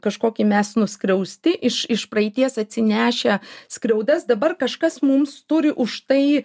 kažkokie mes nuskriausti iš iš praeities atsinešę skriaudas dabar kažkas mums turi už tai